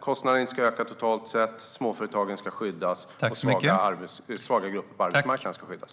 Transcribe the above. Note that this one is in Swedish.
kostnaderna inte ska öka totalt sett. Småföretagen ska skyddas, och svaga grupper på arbetsmarknaden ska skyddas.